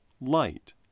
light